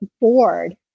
bored